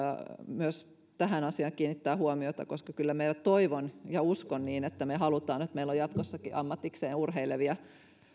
myös tähän asiaan kiinnittää huomiota koska kyllä minä toivon ja uskon niin että me haluamme että meillä on jatkossakin ammatikseen urheilevia